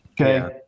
Okay